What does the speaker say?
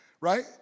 right